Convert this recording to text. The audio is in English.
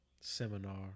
seminar